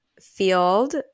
field